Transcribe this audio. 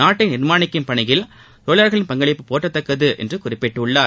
நாட்டை நிர்மாணிக்கும் பணியில் தொழிலாளர்களின் பங்களிப்பு போற்றத்தக்கது என்று குறிப்பிட்டுள்ளார்